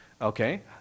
Okay